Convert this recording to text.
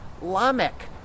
Lamech